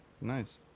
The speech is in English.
Nice